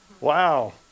Wow